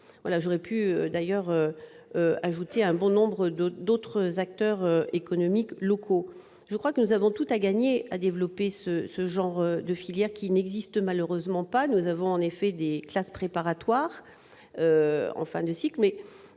J'aurais pu, d'ailleurs, y adjoindre un bon nombre d'autres acteurs économiques locaux. Nous avons tout à gagner à développer ce genre de filières, qui n'existent malheureusement pas. Nous avons en effet des classes préparatoires en fin de cycle,